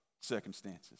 circumstances